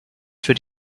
für